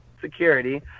security